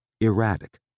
erratic